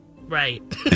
Right